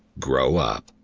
grow up.